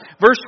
Verse